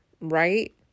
right